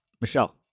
Michelle